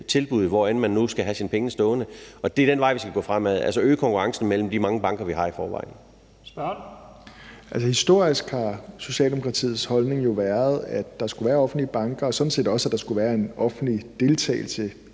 tilbud, hvor end man nu skal have sine penge stående. Det er den vej, vi skal gå frem, altså øge konkurrencen mellem de mange banker, vi har i forvejen. Kl. 20:06 Første næstformand (Leif Lahn Jensen): Spørgeren. Kl. 20:06 Pelle Dragsted (EL): Historisk har Socialdemokratiets holdning jo været, at der skulle være offentlige banker, og sådan set også, at der skulle være en offentlig deltagelse